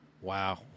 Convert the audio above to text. Wow